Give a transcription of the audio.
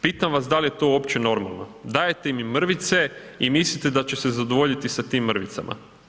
Pitam vas dal je to uopće normalno, dajete im mrvice i mislite da će se zadovoljiti sa tim mrvicama.